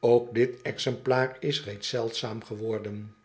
ok dit exemplaar is reeds zeldzaam geworden